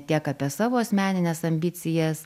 tiek apie savo asmenines ambicijas